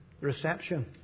Reception